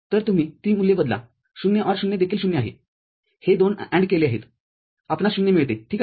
तर तुम्ही ती मूल्ये बदला० OR ० देखील ० आहे हे दोन AND केले आहेत आपणास ० मिळते ठीक आहे